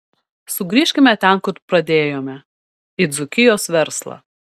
sugrįžkime ten kur pradėjome į dzūkijos verslą